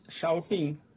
shouting